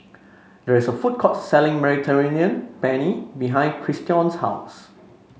there is a food court selling Mediterranean Penne behind Christion's house